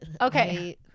Okay